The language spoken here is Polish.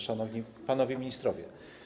Szanowni Panowie Ministrowie!